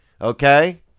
Okay